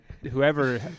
whoever